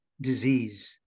disease